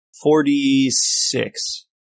Forty-six